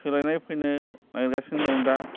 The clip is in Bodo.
सोलायनाय फैनो नागिरगासिनो दं दा